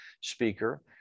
speaker